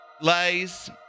Lays